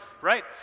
right